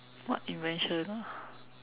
what invention ah